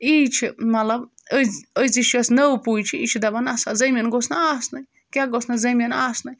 ای چھِ مطلب أز أزِچ یۄس نٔو پُے چھِ یہِ چھِ دَپان نہ سا زٔمیٖن گوٚژھ نہٕ آسنُے کیٛاہ گوٚژھ نہٕ زٔمیٖن آسنُے